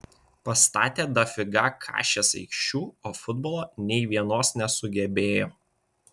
pastatė dafiga kašės aikščių o futbolo nei vienos nesugebėjo